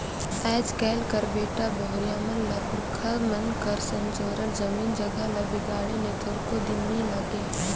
आएज काएल कर बेटा बहुरिया मन ल पुरखा मन कर संजोरल जमीन जगहा ल बिगाड़े ले थोरको दिन नी लागे